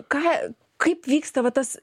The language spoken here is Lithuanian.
ką kaip vyksta va tas